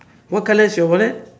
what color is your wallet